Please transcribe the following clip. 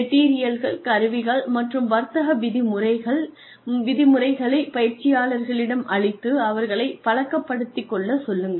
மெட்டீரியல்கள் கருவிகள் மற்றும் வர்த்தக விதிமுறைகளை பயிற்சியாளர்களிடம் அளித்து அவர்களை பழக்கப்படுத்திக்கொள்ள சொல்லுங்கள்